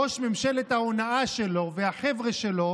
ראש ממשלת ההונאה שלו והחבר'ה שלו